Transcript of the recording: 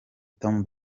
tom